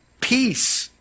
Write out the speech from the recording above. peace